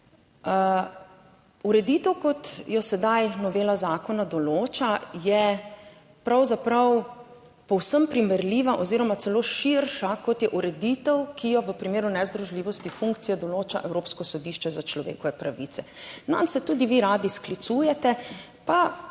Ureditev kot jo sedaj novela zakona določa, je pravzaprav povsem primerljiva oziroma celo širša kot je ureditev, ki jo v primeru nezdružljivosti funkcije določa Evropsko sodišče za človekove pravice. Nanj se tudi vi radi sklicujete, pa